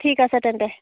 ঠিক আছে তেন্তে